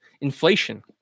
inflation